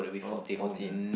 oh fourteen